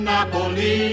Napoli